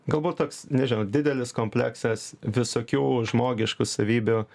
galbūt toks nežinau didelis kompleksas visokių žmogiškų savybių